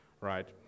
right